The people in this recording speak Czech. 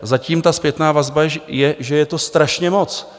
Zatím ta zpětná vazba je, že je to strašně moc.